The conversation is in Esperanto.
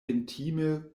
intime